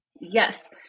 Yes